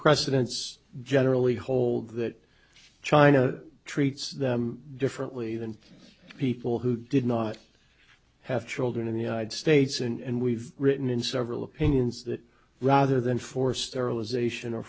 precedents generally hold that china treats them differently than people who did not have children in the united states and we've written in several opinions that rather than forced sterilization